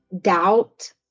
doubt